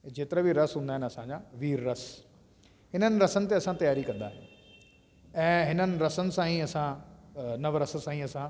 जेतिरा बि रस हूंदा आहिनि असांजा वीर रस हिननि रसनि ते असां तयारी कंदा आहियूं ऐं हिननि रसनि सां ई असां नवरस सां ई असां